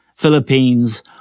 Philippines